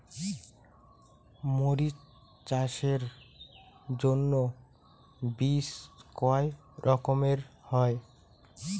মরিচ চাষের জন্য বীজ কয় রকমের হয়?